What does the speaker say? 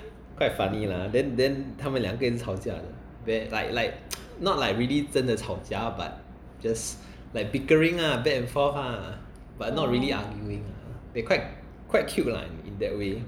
quite funny lah then then 他们两个人一直吵架的 bad like like not like really 真的吵架 but just like bickering lah back and forth ah but not really arguing lah they quite quite cute lah in that way